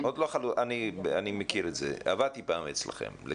אני לגמרי מכיר את זה, עבדתי פעם אצלכם.